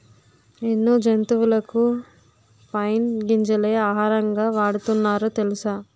ఎన్నో జంతువులకు పైన్ గింజలే ఆహారంగా వాడుతున్నారు తెలుసా?